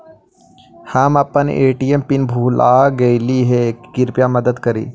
हम अपन ATM pin भूल गईली हे, कृपया मदद करी